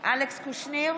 אלכס קושניר,